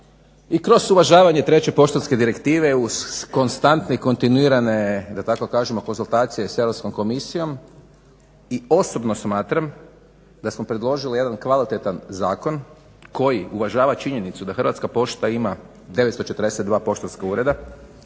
i kroz uvažavanje treće poštanske direktive uz konstantne i kontinuirane da tako kažemo konzultacije sa Europskom komisijom i osobno smatram da smo predložili jedan kvalitetan zakon koji uvažava činjenicu da Hrvatska pošta ima 942 poštanska ureda,